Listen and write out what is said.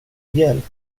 hjälp